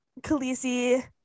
Khaleesi